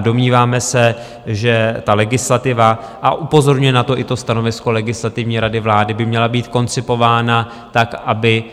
Domníváme se, že legislativa a upozorňuje na to i to stanovisko Legislativní rady vlády by měla být koncipována tak, aby